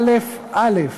שמו בישראל א"א,